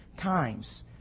times